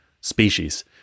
species